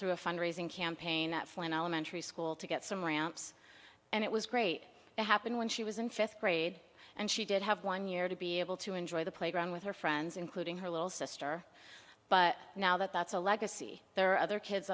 through a fundraising campaign that fell in elementary school to get some ramps and it was great to happen when she was in fifth grade and she did have one year to be able to enjoy the playground with her friends including her little sister but now that that's a legacy there are other kids